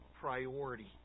priority